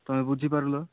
ତମେ ବୁଝି ପାରିଲ